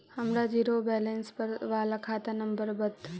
हमर zero balance बाला खाता नम्बर बत?